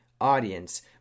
audience